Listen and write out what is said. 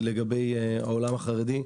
לגבי העולם החרדי.